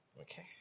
Okay